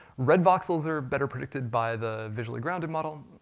red voxels are better predicted by the visually grounded model,